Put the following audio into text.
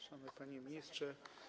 Szanowny Panie Ministrze!